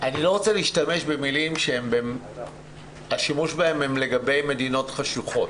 אני לא רוצה להשתמש במילים שהשימוש בהן הוא לגבי מדינות חשוכות,